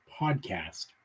podcast